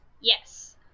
Yes